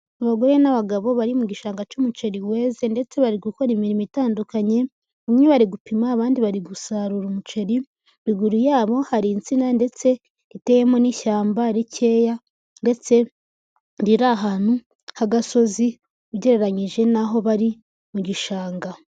Abagore n'abagabo bari mu gishanga cy'umuceri weze ndetse bari gukora imirimo itandukanye, bamwe bari gupima abandi bari gusarura umuceri, ruguru yabo hari insina ndetse ziteyemo n'ishyamba rikeya ndetse riri ahantu h'agasozi ugereranyije n'aho bari mu gishanga.